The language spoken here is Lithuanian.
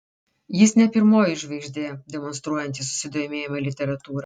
jis ne pirmoji žvaigždė demonstruojanti susidomėjimą literatūra